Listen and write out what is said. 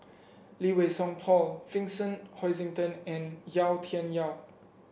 Lee Wei Song Paul Vincent Hoisington and Yau Tian Yau